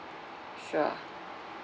sure